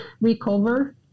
recover